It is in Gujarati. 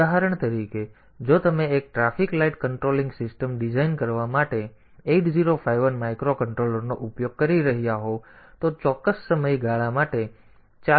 ઉદાહરણ તરીકે જો તમે એક traffic light controlling system design કરવા માટે આ 8051 માઇક્રોકન્ટ્રોલરનો ઉપયોગ કરી રહ્યાં હોવ તો પછી ટ્રાફિક સિગ્નલ ચોક્કસ સમયગાળા માટે ચાલુ હોવા જોઈએ